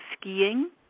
skiing